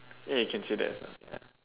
yeah you can say that as well ya